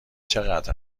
چقدر